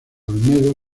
olmedo